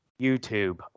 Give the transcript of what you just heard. YouTube